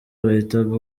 wahitaga